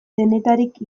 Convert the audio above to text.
denetarik